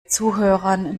zuhörern